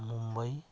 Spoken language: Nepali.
मुम्बई